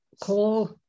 call